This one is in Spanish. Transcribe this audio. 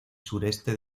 sureste